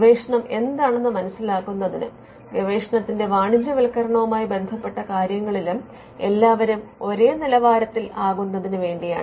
ഗവേഷണം എന്താണെന്ന് മനസിലാക്കുന്നതിനും ഗവേഷണത്തിന്റെ വാണിജ്യവൽക്കരണവുമായി ബന്ധപ്പെട്ട കാര്യങ്ങളിലും എല്ലാവരും ഒരേ നിലവാരത്തിൽ ആകുന്നതിനു വേണ്ടിയാണ്